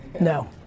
No